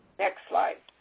next slide.